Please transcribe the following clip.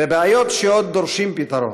ובבעיות שעוד דורשות פתרון.